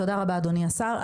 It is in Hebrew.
תודה רבה, אדוני השר.